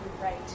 right